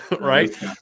right